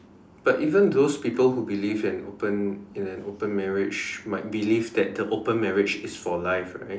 but even those people who believe in open in an open marriage might believe that the open marriage is for life right